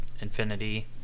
Infinity